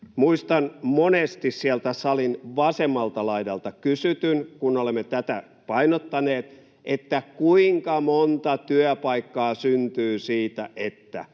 Muistan monesti sieltä salin vasemmalta laidalta kysytyn, kun olemme tätä painottaneet, että ”kuinka monta työpaikkaa syntyy siitä, että”